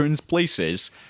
places